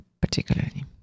particularly